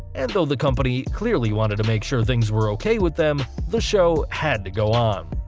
and though the company clearly wanted to make sure things were okay with them, the show had to go on.